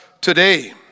today